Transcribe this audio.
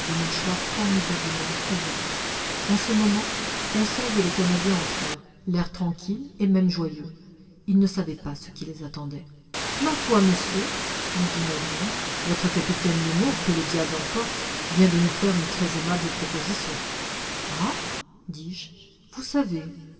mâchoires formidablement ouvertes en ce moment conseil et le canadien entrèrent l'air tranquille et même joyeux ils ne savaient pas ce qui les attendait ma foi monsieur me dit ned land votre capitaine nemo que le diable emporte vient de nous faire une très aimable proposition ah dis-je vous savez